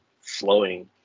flowing